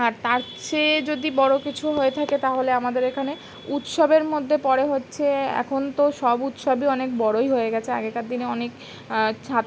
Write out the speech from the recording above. আর তার সে যদি বড়ো কিছু হয়ে থাকে তাহলে আমাদের এখানে উৎসবের মধ্যে পড়ে হচ্ছে এখন তো সব উৎসবই অনেক বড়োই হয়ে গেছে আগেকার দিনে অনেক ছাত্র